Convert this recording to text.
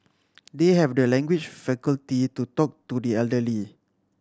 they have the language faculty to talk to the elderly